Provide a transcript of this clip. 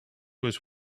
was